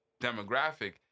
demographic